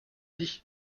nids